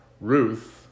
Ruth